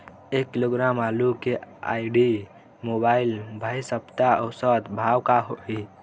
एक किलोग्राम आलू के आईडी, मोबाइल, भाई सप्ता औसत भाव का होही?